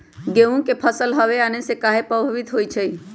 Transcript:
गेंहू के फसल हव आने से काहे पभवित होई छई?